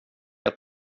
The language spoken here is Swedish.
att